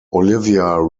olivia